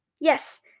yes